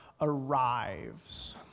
arrives